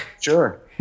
sure